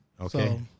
Okay